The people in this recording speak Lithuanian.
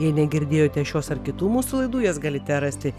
jei negirdėjote šios ar kitų mūsų laidų jas galite rasti